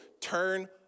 turn